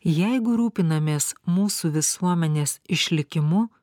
jeigu rūpinamės mūsų visuomenės išlikimu